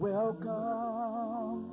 Welcome